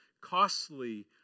costly